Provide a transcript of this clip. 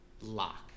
lock